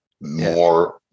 more